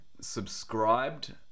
subscribed